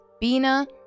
Bina